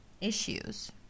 issues